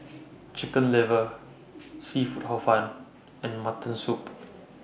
Chicken Liver Seafood Hor Fun and Mutton Soup